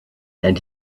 and